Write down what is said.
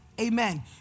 Amen